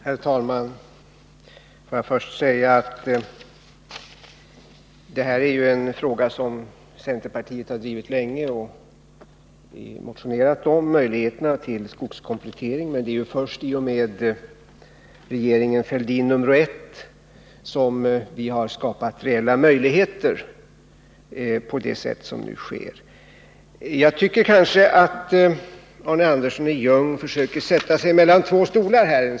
Herr talman! Får jag först säga att det här är en fråga som centerpartiet har drivit länge. Vi har motionerat om möjligheter till skogskomplettering. Men det är först i och med regeringen Fälldin nr 1 som vi har skapat reella möjligheter på det sätt som nu sker. Jag tycker att Arne Andersson i Ljung i någon mån försöker sätta sig mellan två stolar.